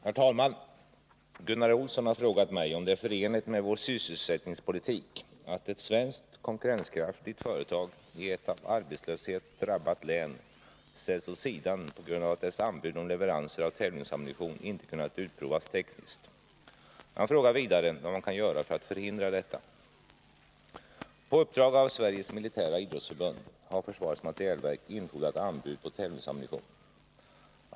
Herr talman! Gunnar Olsson har frågat mig om det är förenligt med vår sysselsättningspolitik att ett konkurrenskraftigt svenskt företag i ett av 73 arbetslöshet drabbat län ställs åt sidan på grund av att dess anbud om leveranser av tävlingsammunition inte kunnat utprovas tekniskt. Han frågar vidare vad man kan göra för att förhindra detta. På uppdrag av Sveriges militära idrottsförbund har försvarets materielverk infordrat anbud på tävlingsammunition.